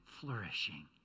flourishing